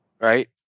right